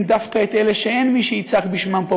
דווקא את אלה שאין מי שיצעק בשמם פה,